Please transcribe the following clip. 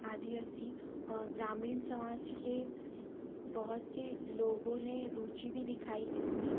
आदिवासी और ग्रामीण समाज के बहुत से लोगों ने रुची भी दिखाई इसमें